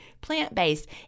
plant-based